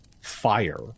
fire